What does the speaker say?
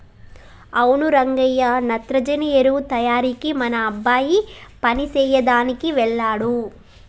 అవును రంగయ్య నత్రజని ఎరువు తయారీకి మన అబ్బాయి పని సెయ్యదనికి వెళ్ళాడు